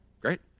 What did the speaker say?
great